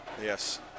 Yes